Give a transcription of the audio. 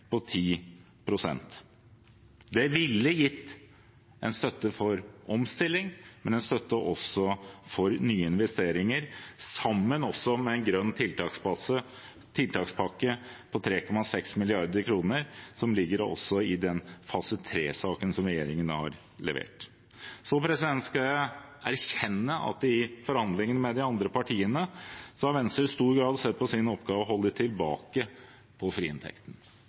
på 10 pst. Det ville gitt en støtte for omstilling, men også en støtte for nye investeringer, sammen med en grønn tiltakspakke på 3,6 mrd. kr, som også ligger i den fase 3-saken regjeringen har levert. Jeg skal erkjenne at i forhandlingene med de andre partiene har Venstre i stor grad sett det som sin oppgave å holde tilbake på friinntekten.